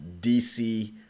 DC